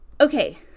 Okay